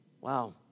Wow